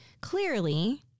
clearly